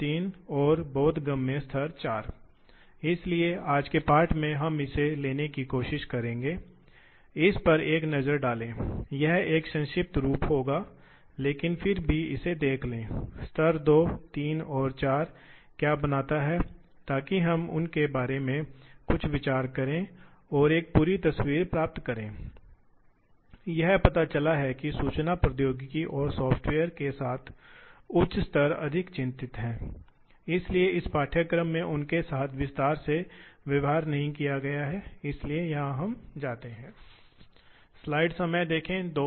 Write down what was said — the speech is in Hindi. सीएनसी मशीनें गतियों का निर्माण करती हैं सभी मशीनें गतियों का निर्माण करती हैं विशेष रूप से मशीनें जो निर्माण के लिए उपयोग की जाती हैं इसलिए स्वाभाविक रूप से वे ड्राइव को शामिल करती हैं प्रौद्योगिकी जो भारी भार के खिलाफ सटीक गति बनाने के लिए शक्ति और नियंत्रण उत्पन्न करती है इसलिए हम उनकी ड्राइव और हम देखेंगे सीएनसी ड्राइव पर आवश्यकताओं को देखेंगे